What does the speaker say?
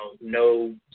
no